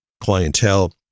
clientele